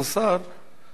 לארבעת הדוברים,